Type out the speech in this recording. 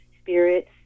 spirits